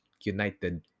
united